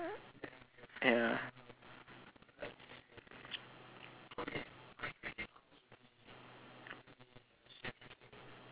ya